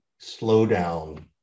slowdown